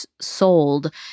sold